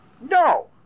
no